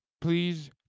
please